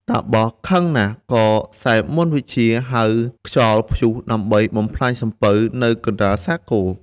តាបសខឹងណាស់ក៏សេកមន្តវិជ្ជាហៅខ្យល់ព្យុះដើម្បីបំផ្លាញសំពៅ នៅកណ្តាលសាគរ ។